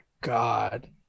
god